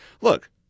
look